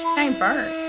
ain't burnt.